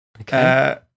Okay